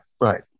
Right